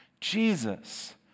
Jesus